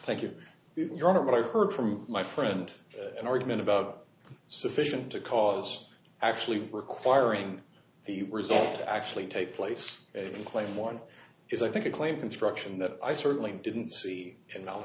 thank you your honor but i heard from my friend an argument about sufficient to cause actually requiring the result to actually take place and claim one is i think a claim construction that i certainly didn't see a